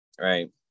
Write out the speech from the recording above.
right